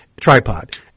tripod